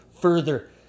further